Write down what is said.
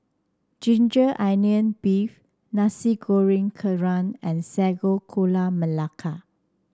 ginger onion beef Nasi Goreng Kerang and Sago Gula Melaka